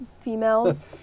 females